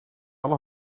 alle